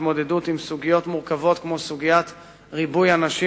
התמודדות עם סוגיות מורכבות כמו סוגיית ריבוי הנשים,